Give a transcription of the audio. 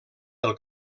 del